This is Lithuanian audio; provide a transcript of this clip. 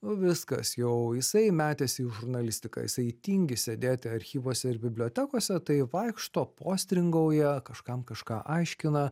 nu viskas jau jisai metėsi į žurnalistiką jisai tingi sėdėti archyvuose ir bibliotekose tai vaikšto postringauja kažkam kažką aiškina